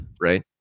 right